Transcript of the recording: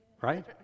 Right